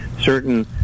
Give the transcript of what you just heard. Certain